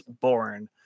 born